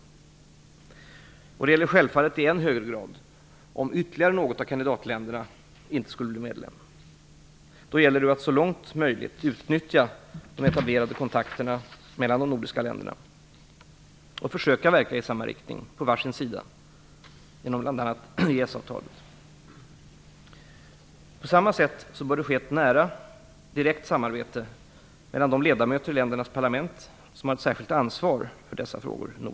Det gäller självfallet i än högre grad om ytterligare något av kandidatländerna inte skulle bli medlem. Det gäller då att så långt möjligt utnyttja de etablerade kontakterna mellan de nordiska länderna och försöka verka i samma riktning på var sin sida genom bl.a. EES På samma sätt bör det ske ett nära, direkt samarbete mellan de ledamöter i ländernas parlament som har ett särskilt ansvar för dessa frågor.